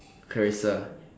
Clarissa